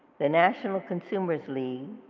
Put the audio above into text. the national consumers league